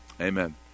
Amen